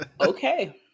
Okay